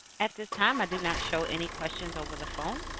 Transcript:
at this time, i do not show any questions over the phone.